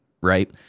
right